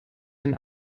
den